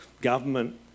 government